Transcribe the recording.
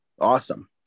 Awesome